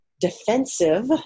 defensive